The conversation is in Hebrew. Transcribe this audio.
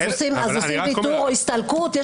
אז עושים ויתור או הסתלקות.